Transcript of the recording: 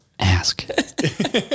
Ask